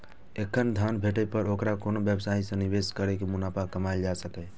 एखन धन भेटै पर ओकरा कोनो व्यवसाय मे निवेश कैर के मुनाफा कमाएल जा सकैए